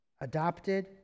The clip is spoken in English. adopted